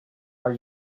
are